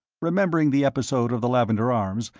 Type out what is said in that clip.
remembering the episode of the lavender arms,